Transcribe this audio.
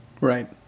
Right